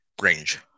Range